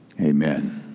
Amen